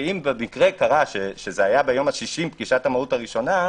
ואם קרה שביום ה-60 היתה פגישת המהו"ת הראשונה,